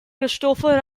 christopher